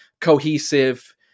cohesive